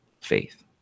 faith